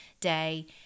day